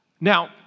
Now